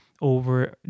over